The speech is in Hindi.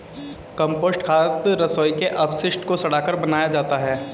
कम्पोस्ट खाद रसोई के अपशिष्ट को सड़ाकर बनाया जाता है